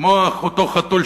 כמו אותו חתול,